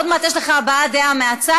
עוד מעט יש לך הבעת דעה מהצד.